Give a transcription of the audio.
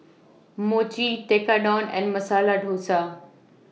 Mochi Tekkadon and Masala Dosa